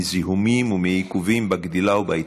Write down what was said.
מזיהומים ומעיכובים בגדילה ובהתפתחות.